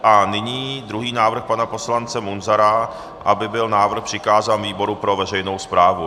A nyní druhý návrh pana poslance Munzara, aby byl návrh přikázán výboru pro veřejnou správu.